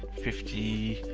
fifty